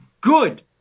good